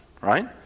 right